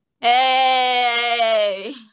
Hey